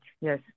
Yes